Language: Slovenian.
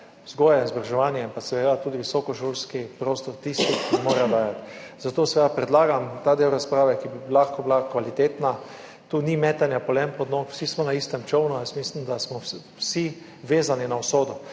vzgoja in izobraževanje in seveda tudi visokošolski prostor tisti, ki morajo dajati. Zato seveda predlagam ta del razprave, ki bi lahko bila kvalitetna. Tu ni metanja polen pod noge, vsi smo na istem čolnu, jaz mislim, da smo vsi vezani na usodo.